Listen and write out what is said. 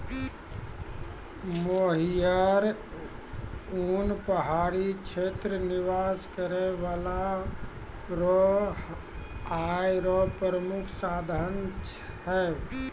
मोहियर उन पहाड़ी क्षेत्र निवास करै बाला रो आय रो प्रामुख साधन छै